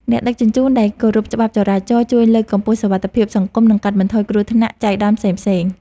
អ្នកដឹកជញ្ជូនដែលគោរពច្បាប់ចរាចរណ៍ជួយលើកកម្ពស់សុវត្ថិភាពសង្គម និងកាត់បន្ថយគ្រោះថ្នាក់ចៃដន្យផ្សេងៗ។